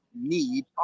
need